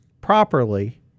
properly